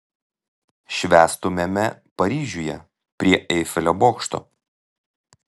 švęstumėme paryžiuje prie eifelio bokšto